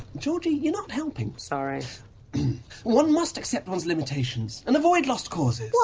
georgie, you're not helping sorry one must accept one's limitations, and avoid lost causes. what!